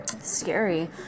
scary